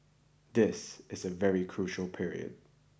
this is a very crucial period